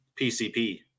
PCP